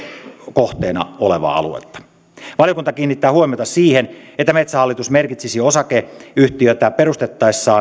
kohteena olevaa aluetta valiokunta kiinnittää huomiota siihen että metsähallitus merkitsisi osakeyhtiötä perustettaessa